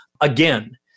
again